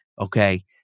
okay